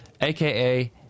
AKA